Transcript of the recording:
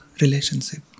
relationship